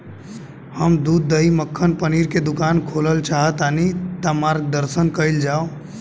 हम दूध दही मक्खन पनीर के दुकान खोलल चाहतानी ता मार्गदर्शन कइल जाव?